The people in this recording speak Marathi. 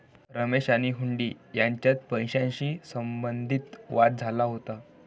रमेश आणि हुंडी यांच्यात पैशाशी संबंधित वाद झाला होता